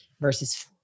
versus